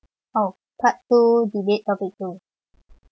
[oh} part two debate topic two